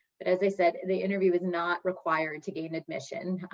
but as i said, the interview is not required to gain admission.